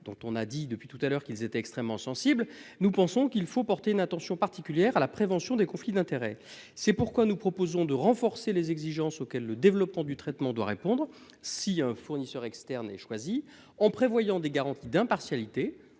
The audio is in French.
dont on a dit depuis tout à l'heure qu'ils étaient extrêmement sensible. Nous pensons qu'il faut porter une attention particulière à la prévention des conflits d'intérêts. C'est pourquoi nous proposons de renforcer les exigences auxquelles le développement du traitement doit répondre si un fournisseur externe et choisi en prévoyant des garanties d'impartialité.